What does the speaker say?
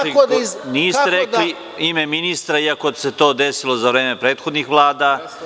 Niste rekli ime ministra, iako se to desilo za vreme prethodnih vlada.